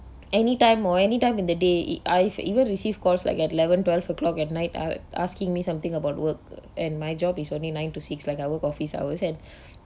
anytime or anytime in the day it I've even received calls like at eleven twelve O'clock at night a~ asking me something about work and my job is only nine to six like I work office hours and